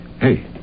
Hey